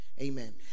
Amen